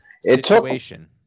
situation